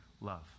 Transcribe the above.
love